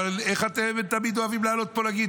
אבל איך אתם תמיד אוהבים לעלות לפה ולהגיד,